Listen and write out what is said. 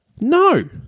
No